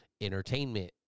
entertainment